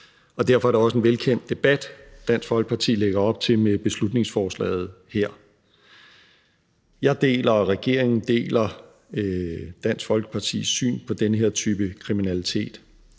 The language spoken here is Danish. Derfor er det også en velkendt debat, Dansk Folkeparti lægger op til med beslutningsforslaget her. Jeg deler, og regeringen deler Dansk Folkepartis syn på den her type kriminalitet.